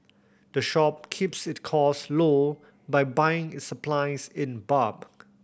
the shop keeps it costs low by buying its supplies in bulk